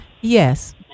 Yes